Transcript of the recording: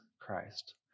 Christ